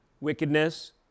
wickedness